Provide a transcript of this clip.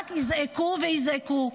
רק יזעקו ויזעקו,